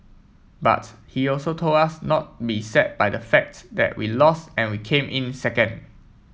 but he also told us not be sad by the fact that we lost and we came in second